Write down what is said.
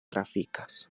trafikas